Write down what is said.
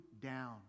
down